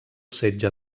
setge